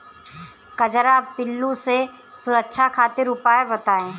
कजरा पिल्लू से सुरक्षा खातिर उपाय बताई?